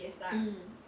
mm